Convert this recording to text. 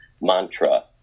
mantra